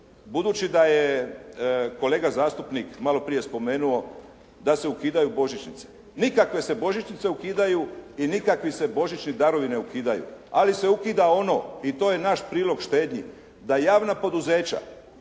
Budući da je kolega zastupnik malo prije spomenuo da se ukidaju božićnice. Nikakve se božićnice ne ukidaju i nikakvi se božićni darovi ne ukidaju, ali se ukida ono i to je naš prilog štednji, da javna poduzeća